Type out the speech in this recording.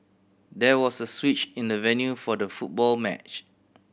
there was a switch in the venue for the football match